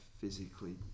physically